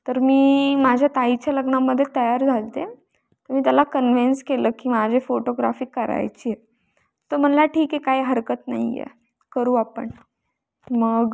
तर मी माझ्या ताईच्या लग्नामध्ये तयार झाले होते मी त्याला कन्व्हीन्स केलं की माझे फोटोग्राफी करायची आहे तो म्हणाला ठीक आहे काही हरकत नाही आहे करू आपण मग